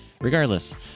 regardless